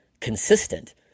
consistent